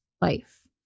life